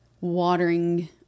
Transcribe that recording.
watering